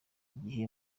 igihe